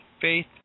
faith